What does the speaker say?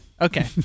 okay